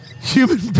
human